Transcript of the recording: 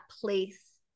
place